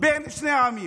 בין שני העמים.